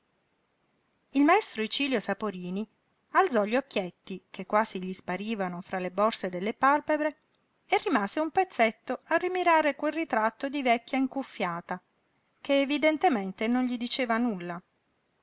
il maestro icilio saporini alzò gli occhietti che quasi gli sparivano fra le borse delle pàlpebre e rimase un pezzetto a rimirare quel ritratto di vecchia incuffiata che evidentemente non gli diceva nulla